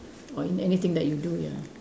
or in anything that you do ya